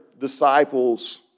disciples